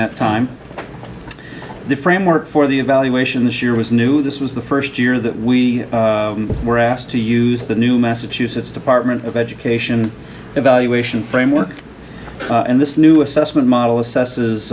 that time the framework for the evaluations year was new this was the first year that we were asked to use the new massachusetts department of education evaluation framework and this new assessment model assess